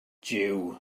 jiw